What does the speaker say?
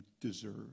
deserve